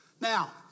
Now